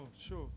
Sure